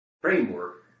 framework